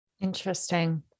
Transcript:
Interesting